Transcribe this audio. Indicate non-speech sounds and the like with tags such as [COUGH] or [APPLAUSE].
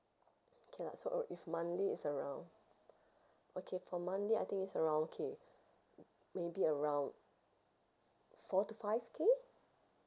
okay lah so uh if monthly it's around okay for monthly I think it's around okay [NOISE] maybe around four to five K